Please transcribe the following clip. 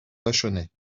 vachonnet